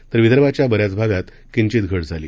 तर विदर्भाच्या बऱ्याच भागात किंचित घट झाली